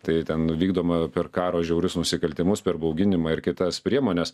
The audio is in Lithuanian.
tai ten vykdoma per karo žiaurius nusikaltimus per bauginimą ir kitas priemones